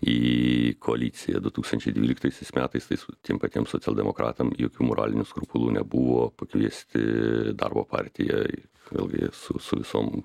į koaliciją du tūkstančiai dvyliktaisiais metais tais tiem patiem socialdemokratam jokių moralinių skrupulų nebuvo pakviesti darbo partiją vėlgi su su visom